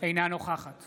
אינה נוכחת